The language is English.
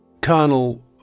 Colonel